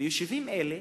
ויישובים אלה,